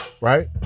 right